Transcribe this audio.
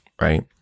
right